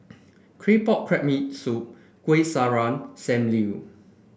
claypot crab me soup Kueh Syara Sam Lau